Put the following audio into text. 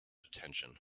attention